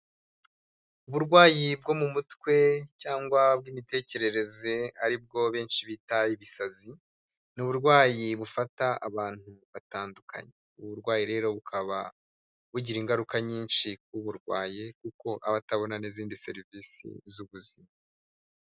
Uburwayi bwo mu mutwe cyangwa bw'imitekerereze ari bwo benshi bita ibisazi ni uburwayi bufata abantu batandukanye, ubu burwayi rero bukaba bugira ingaruka nyinshi k'uburwaye kuko aba atabona n'izindi serivisi z'ubuzima.